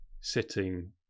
sitting